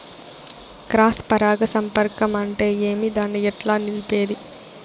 Cross పరాగ సంపర్కం అంటే ఏమి? దాన్ని ఎట్లా నిలిపేది?